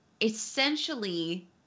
essentially